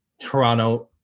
Toronto